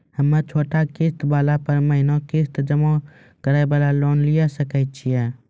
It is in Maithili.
हम्मय छोटा किस्त वाला पर महीना किस्त जमा करे वाला लोन लिये सकय छियै?